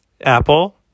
Apple